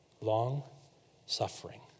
long-suffering